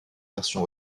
version